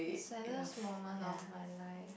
saddest moment of my life